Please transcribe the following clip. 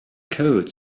code